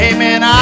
Amen